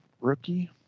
rookie